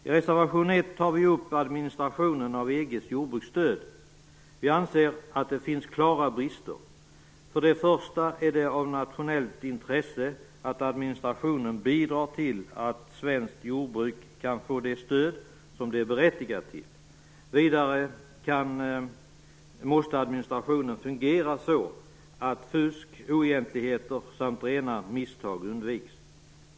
I reservation 1 tar vi upp administrationen av EG:s jordbruksstöd. Vi anser att det finns klara brister. Det är av nationellt intresse att administrationen bidrar till att svenskt jordbruk kan få det stöd som det är berättigat till. Vidare måste administrationen fungera så att fusk, oegentligheter och rena misstag undviks.